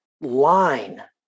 line